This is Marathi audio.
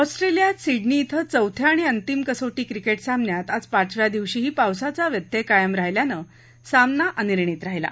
ऑस्ट्रेलियात सिडनी बें चौथ्या आणि अंतिम कसोटी क्रिकेट सामन्यात आज पाचव्या दिवशीही पावसाचा व्यत्यय कायम राहिल्यानं सामना अनिर्णित राहिला